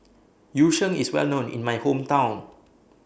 Yu Sheng IS Well known in My Hometown